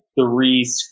three